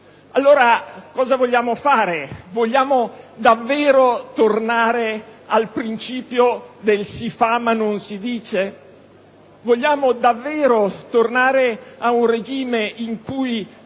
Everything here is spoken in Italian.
Allora cosa vogliamo fare? Vogliamo davvero tornare al principio del «si fa ma non si dice»? Vogliamo davvero tornare ad un regime in cui